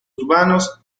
urbanos